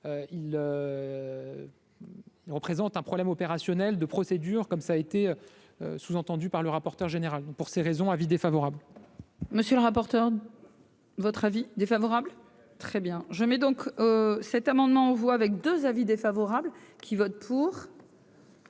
il représente un problème opérationnel de procédure, comme ça a été sous-entendu par le rapporteur général pour ces raisons avis défavorable, monsieur le rapporteur. Votre avis défavorable très bien je mets donc cet amendement envoient avec 2 avis défavorables qui vote pour.